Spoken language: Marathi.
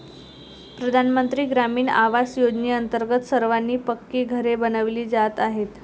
प्रधानमंत्री ग्रामीण आवास योजनेअंतर्गत सर्वांना पक्की घरे बनविली जात आहेत